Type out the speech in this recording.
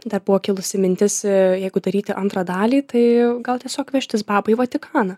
dar buvo kilusi mintis jeigu daryti antrą dalį tai gal tiesiog vežtis babą į vatikaną